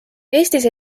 eestis